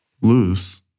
loose